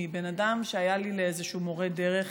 מבן אדם שהיה לי לאיזשהו מורה דרך